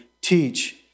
teach